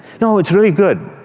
no, it's really good.